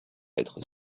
être